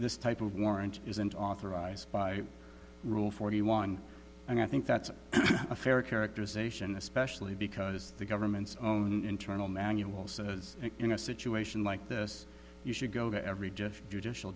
this type of warrant isn't authorized by rule forty one and i think that's a fair characterization especially because the government's own internal manual says in a situation like this you should go to every judge judicial